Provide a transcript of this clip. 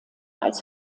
als